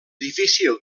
difícil